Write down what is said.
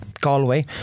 Galway